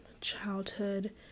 childhood